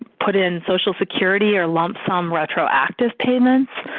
put in social security or lump-sum retroactive payments.